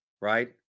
right